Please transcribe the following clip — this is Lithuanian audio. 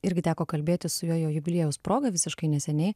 irgi teko kalbėtis su juo jo jubiliejaus proga visiškai neseniai